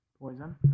Poison